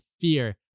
fear